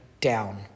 down